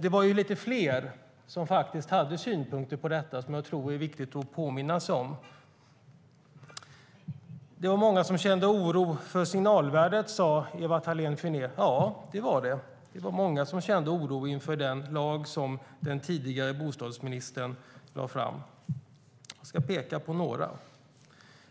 Det var fler som hade synpunkter på det, vilket jag tycker är viktigt att påminna om. Många kände oro över signalvärdet, sa Ewa Thalén Finné. Ja, det gjorde de. Det var många som kände oro inför det lagförslag som den tidigare bostadsministern lade fram. Jag ska peka på några